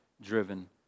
driven